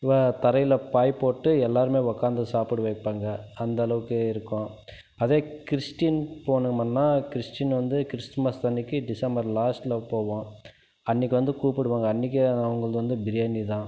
தரையில் பாய் போட்டு எல்லாேருமே உட்காந்து சாப்பிட வைப்பாங்க அந்த அளவுக்கு இருக்கும் அதே கிறிஸ்ட்டின் போனமுன்னால் கிறிஸ்ட்டின் வந்து கிறித்துமஸ் அன்னைக்கு டிசம்பர் லாஸ்ட்டில் போவோம் அன்றைக்கு வந்து கூப்பிடுவாங்க அன்னைக்கு அவங்களது வந்து பிரியாணி தான்